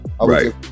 Right